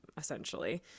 essentially